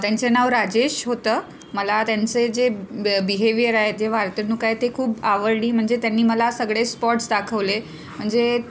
त्यांचे नाव राजेश होतं मला त्यांचे जे ब बिहेवियर आहे जे वर्तणूक आहे ते खूप आवडली म्हणजे त्यांनी मला सगळे स्पॉट्स दाखवले म्हणजे